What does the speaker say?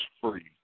free